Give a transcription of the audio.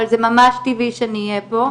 אבל זה ממש טבעי שאני אהיה פה.